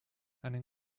einen